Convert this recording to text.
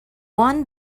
won